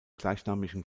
gleichnamigen